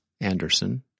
Anderson